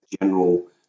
General